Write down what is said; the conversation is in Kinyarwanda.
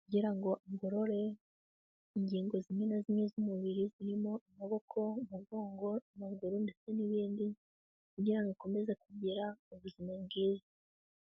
kugira ngo agorore ingingo zimwe na zimwe z'umubiri zirimo amaboko, umugongo, amaguru ndetse n'ibindi kugira ngo akomeze kugira ubuzima bwiza.